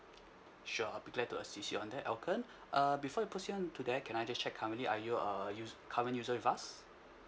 sure I'll be glad to assist you on that elkon uh before we proceed on to that can I just check currently are you uh use~ current user with us